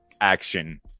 action